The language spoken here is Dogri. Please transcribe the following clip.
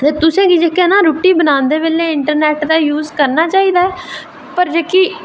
ते तुसेंगी ना रुट्टी बनांदे बेल्लै इंटरनेट दा यूज़ करना चाहिदा ऐ पर जेह्की